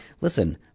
listen